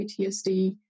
PTSD